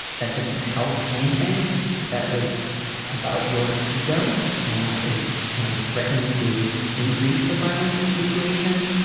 that didn't help anything that was about your ego and that was, you know, threatening to increase the violence in the situation.